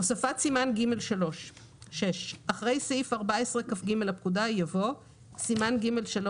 הוספת סימן ג'3 6. אחרי סעיף 14כג לפקודה יבוא: "סימן ג'3: